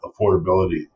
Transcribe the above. affordability